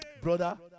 brother